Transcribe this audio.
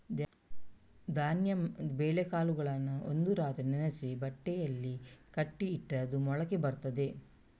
ಧಾನ್ಯ ಬೇಳೆಕಾಳುಗಳನ್ನ ಒಂದು ರಾತ್ರಿ ನೆನೆಸಿ ಬಟ್ಟೆನಲ್ಲಿ ಕಟ್ಟಿ ಇಟ್ರೆ ಅದು ಮೊಳಕೆ ಬರ್ತದೆ